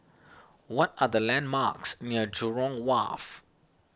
what are the landmarks near Jurong Wharf